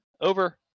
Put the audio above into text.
over